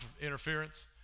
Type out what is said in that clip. interference